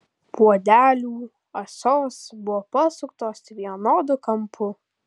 puodelių ąsos buvo pasuktos vienodu kampu